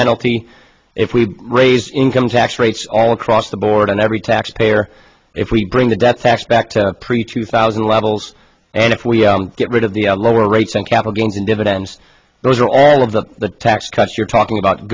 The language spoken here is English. penalty if we raise income tax rates all across the board on every taxpayer if we bring the death tax back to preach two thousand levels and if we get rid of the lower rates on capital gains and dividends those are all of the the tax cuts you're talking about